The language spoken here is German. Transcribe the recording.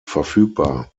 verfügbar